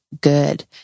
good